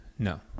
No